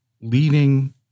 leading